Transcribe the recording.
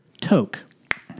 Toke